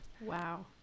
wow